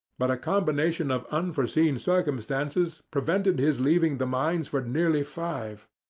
but a combination of unforeseen circumstances prevented his leaving the mines for nearly five.